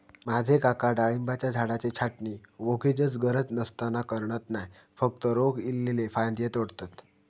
माझे काका डाळिंबाच्या झाडाची छाटणी वोगीचच गरज नसताना करणत नाय, फक्त रोग इल्लले फांदये तोडतत